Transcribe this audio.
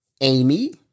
Amy